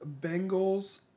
Bengals